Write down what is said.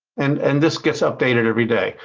and and this gets updated every day.